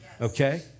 Okay